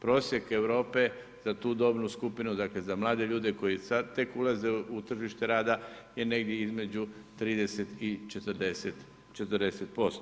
Prosjek Europe za tu dobnu skupinu, dakle za mlade ljude koji sad tek ulaze u tržište rada je negdje između 30 i 40%